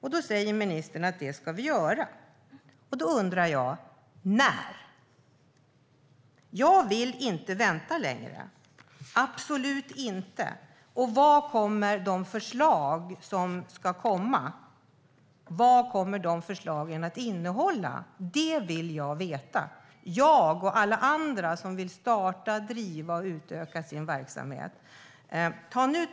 Ministern säger att man ska genomföra det. Då undrar jag: När? Jag vill inte vänta längre, absolut inte. Och vad kommer förslagen att innehålla? Det vill jag och alla som vill starta, driva och utöka sin verksamhet veta.